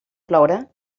ploure